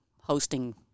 hosting